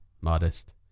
Modest